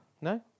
No